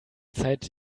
zeit